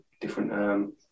different